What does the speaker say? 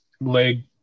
leg